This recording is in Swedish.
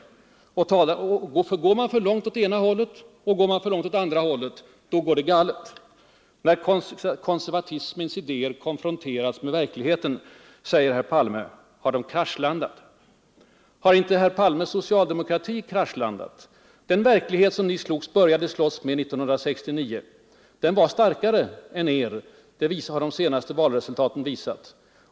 Går man för långt åt det ena eller andra hållet går det galet. När konservatismens idéer konfronterats med verkligheten, säger herr Palme, har de kraschlandat. Har inte herr Palmes socialdemokrati kraschlandat? Den verklighet som ni började slåss med 1969 var starkare än ni var. Det har de senaste valresultaten visat.